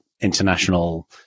international